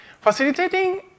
Facilitating